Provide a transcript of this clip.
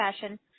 fashion